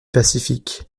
pacifique